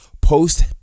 post